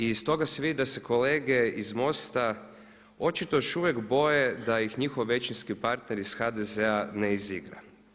Iz toga se vidi da se kolege iz MOST-a očito još uvijek boje da ih njihov većinski partner iz HDZ-a ne izigra.